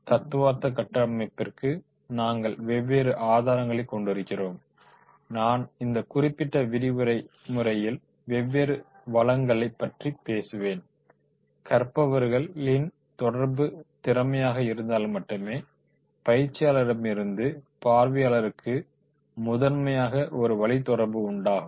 தத்துவார்த்த கட்டமைப்பிற்கு நாங்கள் வெவ்வேறு ஆதாரங்களைக் கொண்டிருக்கிறோம் நான் இந்த குறிப்பிட்ட விரிவுரை முறையில் வெவ்வேறு வளங்களைப் பற்றி பேசுவேன் கற்றவர்களின் தொடர்பு திறமையாக இருந்தால் மட்டுமே பயிற்சியாளர்களிடமிருந்து பார்வையாளர்களுக்கு முதன்மையாக ஒரு வழிதொடர்பு உண்டாகும்